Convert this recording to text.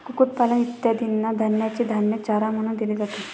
कुक्कुटपालन इत्यादींना धान्याचे धान्य चारा म्हणून दिले जाते